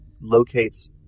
locates